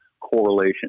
correlation